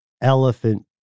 elephant